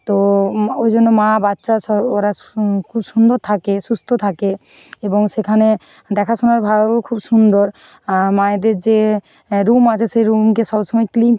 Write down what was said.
তো ওওই জন্য মা বাচ্চা সহ ওরা খুব সুন্দর থাকে সুস্থ থাকে এবং সেখানে দেখাশোনার ভারও খুব সুন্দর আর মায়েদের যে রুম আছে সেই রুমকে সব সময় ক্লিন